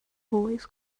always